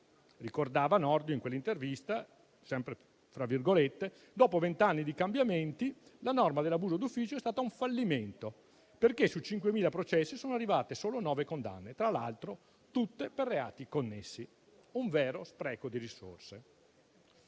Ricordava Nordio in quell'intervista che, dopo vent'anni di cambiamenti, la norma dell'abuso d'ufficio è stata un fallimento, perché su 5.000 processi sono arrivate solo nove condanne, tra l'altro tutte per reati connessi: un vero spreco di risorse.